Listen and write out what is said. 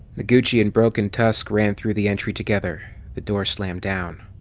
noguchi and broken tusk ran through the entry together. the door slammed down.